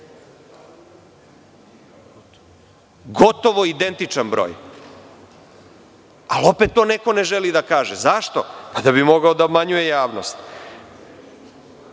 Gotovo identičan broj, ali opet to neko ne želi da kaže. Zašto? Da bi mogao da obmanjuje javnost.